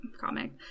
comic